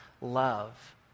love